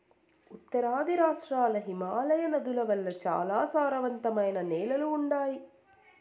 ఉత్తరాది రాష్ట్రాల్ల హిమాలయ నదుల వల్ల చాలా సారవంతమైన నేలలు ఉండాయి